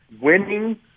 Winning